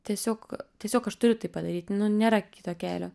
tiesiog tiesiog aš turiu tai padaryt nėra kito kelio